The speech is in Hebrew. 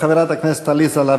חברת הכנסת עאידה תומא סלימאן,